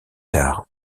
tard